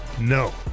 no